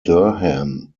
durham